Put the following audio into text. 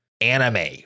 anime